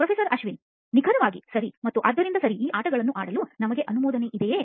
professor Ashwin ನಿಖರವಾಗಿ ಸರಿ ಮತ್ತು ಆದ್ದರಿಂದ ಸರಿ ಈ ಆಟಗಳನ್ನು ಆಡಲು ನಿಮಗೆ ಅನುಮೋದನೆ ಇದೆಯೇ